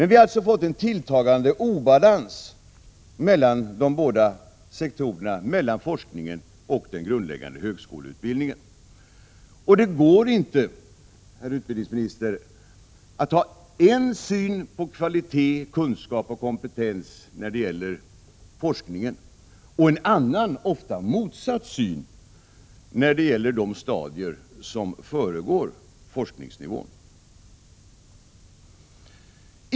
Vi har alltså fått en tilltagande obalans mellan de båda sektorerna, mellan forskningen och den grundläggande högeskoleutbildningen. Det går inte, herr utbildningsminister, att ha en syn på kvalitet, kunskap och kompetens när det gäller forskningen och en annan, ofta motsatt syn när det gäller de stadier som föregår forskningsnivån.